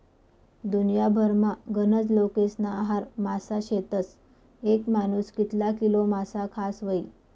दुन्याभरमा गनज लोकेस्ना आहार मासा शेतस, येक मानूस कितला किलो मासा खास व्हयी?